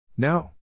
No